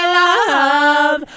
love